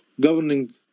governing